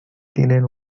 tienen